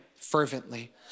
fervently